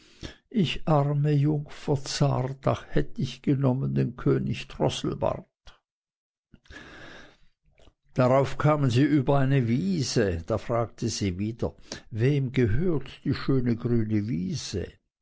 ich arme jungfer zart ach hätt ich genommen den könig drosselbart darauf kamen sie über eine wiese da fragte sie wieder wem gehört die schöne grüne wiese